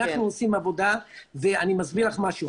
אנחנו עושים עבודה ואני מסביר לך משהו,